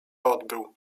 odbył